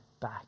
back